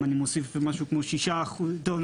אם אני מוסיף משהו כמו 6%. טוב,